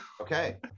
okay